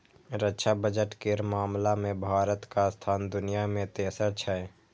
रक्षा बजट केर मामला मे भारतक स्थान दुनिया मे तेसर छै